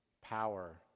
power